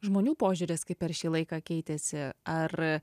žmonių požiūris kaip per šį laiką keitėsi ar